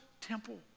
temple